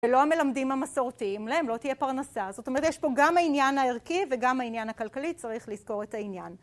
ולא המלמדים המסורתיים, להם לא תהיה פרנסה, זאת אומרת יש פה גם העניין הערכי וגם העניין הכלכלי, צריך לזכור את העניין.